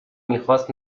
میخواست